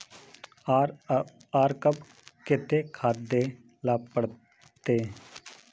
आर कब केते खाद दे ला पड़तऐ?